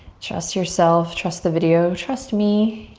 trust yourself, trust the video, trust me,